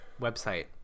website